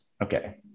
Okay